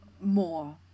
more